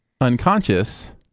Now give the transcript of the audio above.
unconscious